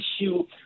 issue